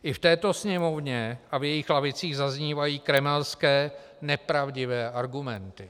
I v této Sněmovně a v jejích lavicích zaznívají kremelské nepravdivé argumenty.